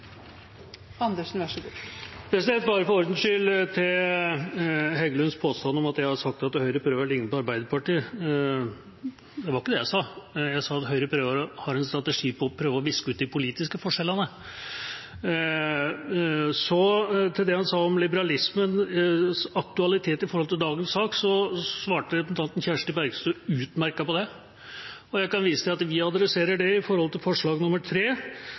Bare for ordens skyld – til Heggelunds påstand om at jeg har sagt at Høyre prøver å ligne på Arbeiderpartiet: Det var ikke det jeg sa. Jeg sa at Høyre har en strategi for å prøve å viske ut de politiske forskjellene. Så til det han sa om liberalismens aktualitet med hensyn til dagens sak – det svarte representanten Kjersti Bergstø utmerket på. Jeg kan vise til at vi adresserer det i forslag nr. 3 når det gjelder privatisering og konkurranseutsetting av attføringstjenesten. Bruk av bemanningsselskaper adresserer vi i forslag